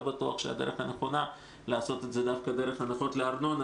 בטוח שהדרך הנכונה היא לעשות את זה דרך הנחות בארנונה